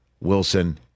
Wilson